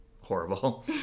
horrible